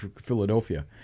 Philadelphia